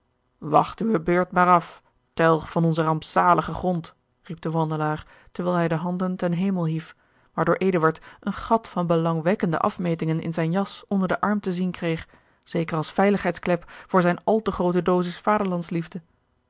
uwe beurt maar af telg van onzen rampzaligen grond riep de wandelaar terwijl hij de handen ten hemel hief waardoor eduard een gat van belangwekkende afmetingen in zijn jas onder den arm te zien kreeg zeker als veiligheidsklep voor zijne al te groote dosis